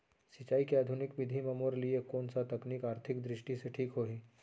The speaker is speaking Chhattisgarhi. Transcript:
सिंचाई के आधुनिक विधि म मोर लिए कोन स तकनीक आर्थिक दृष्टि से ठीक होही?